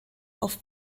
auf